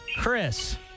Chris